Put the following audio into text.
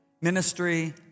ministry